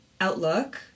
outlook